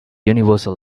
universal